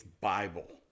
Bible